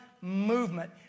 movement